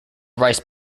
rice